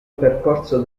percorso